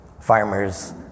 farmers